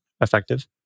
effective